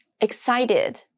Excited